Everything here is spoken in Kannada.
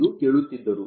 ಎಂದು ಕೇಳುತ್ತಿದ್ದರು